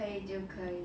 还 okay bah